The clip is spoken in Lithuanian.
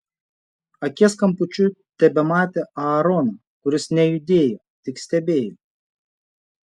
akies kampučiu tebematė aaroną kuris nejudėjo tik stebėjo